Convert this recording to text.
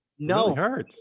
No